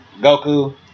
Goku